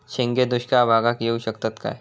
शेंगे दुष्काळ भागाक येऊ शकतत काय?